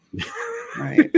Right